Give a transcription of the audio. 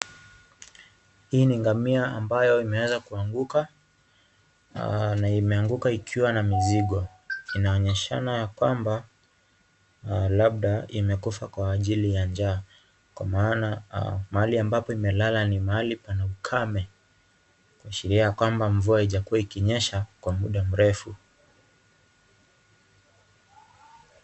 Hii ni ngamia ambayo imeweza kuanguka na imeanguka ikiwa na mizigo. Inaonyeshana ya kwamba labda imekufa kwa ajili ya njaa kwa maana mahali ambapo imelala ni mahali pana ukame kuashiria ya kwamba mvua haijakua ikinyesha kwa muda mrefu.